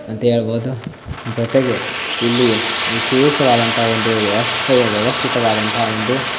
ಅಂತ ಹೇಳ್ಬೋದು ಜೊತೆಗೆ ಇಲ್ಲಿ ವಿಶೇಷವಾದಂಥ ಒಂದು ವ್ಯವಸ್ಥೆಯ ವ್ಯವಸ್ಥಿತವಾದಂತಹ ಒಂದು